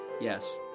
Yes